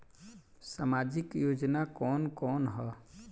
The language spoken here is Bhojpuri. सामाजिक योजना कवन कवन ह?